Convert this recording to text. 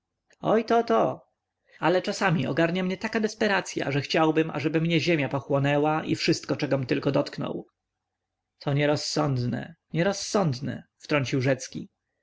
oj to to ale chwilami ogarnia mnie taka desperacya że chciałbym ażeby mnie ziemia pochłonęła i wszystko czegom tylko dotknął to nierozsądne nierozsądne wtrącił rzecki